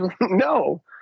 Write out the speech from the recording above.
no